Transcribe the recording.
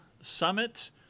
Summit